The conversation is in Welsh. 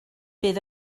bydd